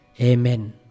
Amen